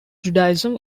judaism